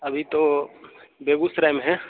अभी तो बेगूसराय में हैं